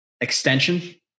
Extension